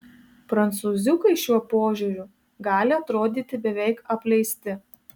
prancūziukai šiuo požiūriu gali atrodyti beveik apleisti